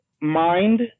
mind